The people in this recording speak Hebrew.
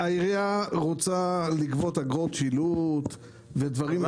העירייה רוצה לגבות אגרות שילוט ודברים בסגנון הזה.